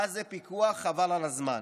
איזה פיקוח, חבל על הזמן.